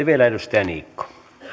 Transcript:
vielä edustaja niikko arvoisa